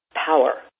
power